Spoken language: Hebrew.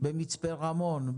במצפה רמון,